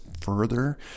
further